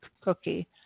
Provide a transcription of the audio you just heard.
Cookie